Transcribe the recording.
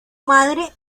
madre